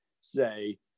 say